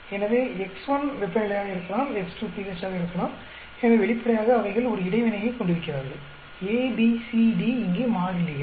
எனவே x1 வெப்பநிலையாக இருக்கலாம் x2 pH ஆக இருக்கலாம் எனவே வெளிப்படையாக அவைகள் ஒரு இடைவினையை கொண்டிருக்கிறார்கள் a b c d இங்கே மாறிலிகள்